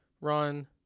run